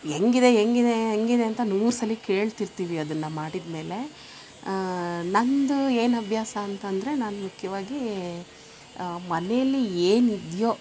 ಹೆಂಗಿದೆ ಹೆಂಗಿದೆ ಹೆಂಗಿದೆ ಅಂತ ನೂರು ಸಲಿ ಕೇಳ್ತಿರ್ತೀವಿ ಅದನ್ನ ಮಾಡಿದ್ಮೇಲೆ ನನ್ನದು ಏನು ಅಭ್ಯಾಸ ಅಂತಂದರೆ ನಾನು ಮುಖ್ಯವಾಗಿ ಮನೇಲಿ ಏನು ಇದ್ಯೊ